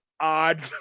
odd